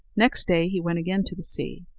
next day he went again to the sea.